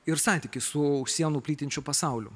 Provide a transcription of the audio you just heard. ir santykį su už sienų plytinčiu pasauliu